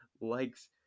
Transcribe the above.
likes